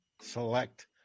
select